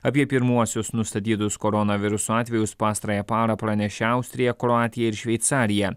apie pirmuosius nustatytus koronaviruso atvejus pastarąją parą pranešė austrija kroatija ir šveicarija